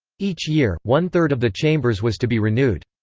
each year, one-third of the chambers was to be renewed.